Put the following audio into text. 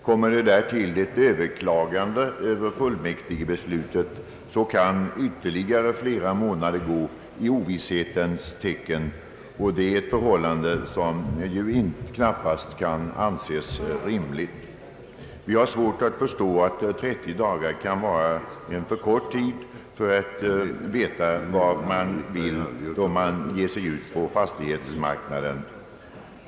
Kommer därtill ett överklagande av = fullmäktigebeslutet, kan flera månader gå i ovisshetens tecken, och det är ett förhållande som knappast kan anses rimligt. Vi har svårt att förstå att 30 dagar kan vara en alltför kort tid för att veta vad man vill då man ger sig ut på fastighetsmarknaden.